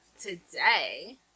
today